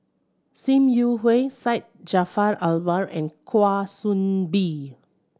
Sim Yi Hui Syed Jaafar Albar and Kwa Soon Bee